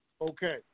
okay